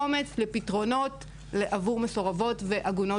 אומץ לפתרונות עבור מסורבות ועגונות,